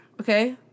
okay